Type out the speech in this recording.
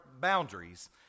boundaries